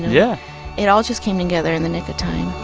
yeah it all just came together in the nick of time